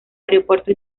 aeropuerto